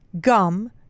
gum